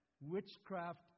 witchcraft